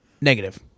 Negative